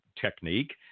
technique